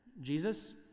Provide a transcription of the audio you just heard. Jesus